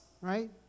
right